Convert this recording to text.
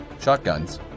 shotguns